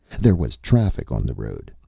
there was traffic on the road,